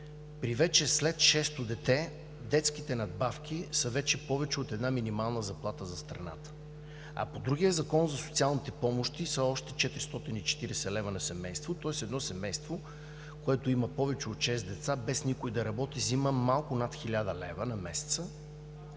слоеве, след шесто дете детските добавки са вече повече от една минимална заплата за страната, а по другия Закон за социалните помощи са още 440 лв. на семейство, тоест едно семейство, което има повече от шест деца, без никой да работи, взема малко над хиляда лева на месеца,